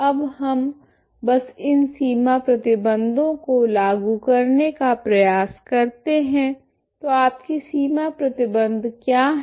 अब हम बस इन सीमा प्रतिबंधों को लागू करने का प्रयास करते हैं तो आपकी सीमा प्रतिबंध क्या हैं